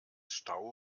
stau